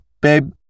babe